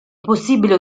possibile